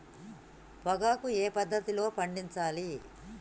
పొగాకు ఏ పద్ధతిలో పండించాలి?